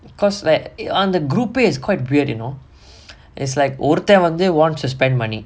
because like அந்த:antha group eh is quite weird you know it's like ஒருத்தன் வந்து:oruthan vanthu they want to spend money